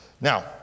Now